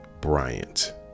Bryant